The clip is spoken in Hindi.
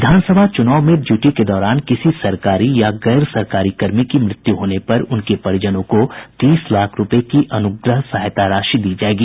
विधानसभा चुनाव में ड्यूटी के दौरान किसी सरकारी या गैर सरकारी कर्मी की मृत्यु होने पर उनके परिजनों को तीस लाख रूपये की अनुग्रह सहायता राशि दी जायेगी